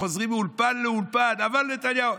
מאולפן לאולפן: אבל נתניהו.